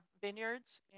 vineyards